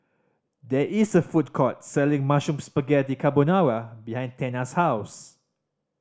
there is a food court selling Mushroom Spaghetti Carbonara behind Tana's house